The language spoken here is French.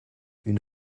une